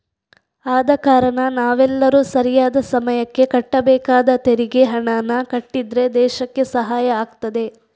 ಆದ ಕಾರಣ ನಾವೆಲ್ಲರೂ ಸರಿಯಾದ ಸಮಯಕ್ಕೆ ಕಟ್ಟಬೇಕಾದ ತೆರಿಗೆ ಹಣಾನ ಕಟ್ಟಿದ್ರೆ ದೇಶಕ್ಕೆ ಸಹಾಯ ಆಗ್ತದೆ